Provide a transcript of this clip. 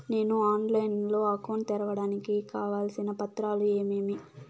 నేను ఆన్లైన్ లో అకౌంట్ తెరవడానికి కావాల్సిన పత్రాలు ఏమేమి?